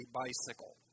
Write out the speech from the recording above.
bicycle